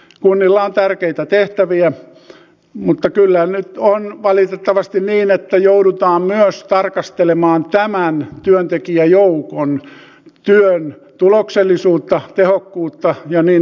kunnilla on tärkeitä tehtäviä mutta kyllä nyt on valitettavasti niin että joudutaan myös tarkastelemaan tämän työntekijäjoukon työn tuloksellisuutta tehokkuutta ja niin edelleen